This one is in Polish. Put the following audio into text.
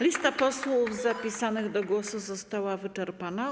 Lista posłów zapisanych do głosu została wyczerpana.